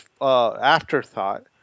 afterthought